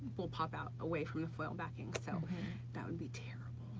will pop out, away from the foil backing, so that would be terrible.